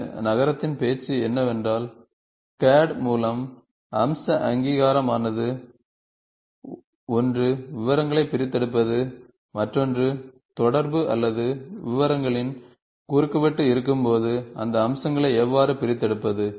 இன்று நகரத்தின் பேச்சு என்னவென்றால் CAD மூலம் அம்ச அங்கீகாரம் ஆனது ஒன்று விவரங்களை பிரித்தெடுப்பது மற்றொன்று தொடர்பு அல்லது விவரங்களின் குறுக்குவெட்டு இருக்கும்போது அந்த அம்சங்களை எவ்வாறு பிரித்தெடுப்பது